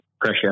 pressure